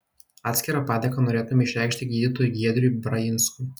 atskirą padėką norėtume išreikšti gydytojui giedriui brajinskui